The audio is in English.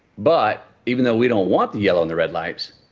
but even though we don't want the yellow the red lights,